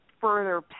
further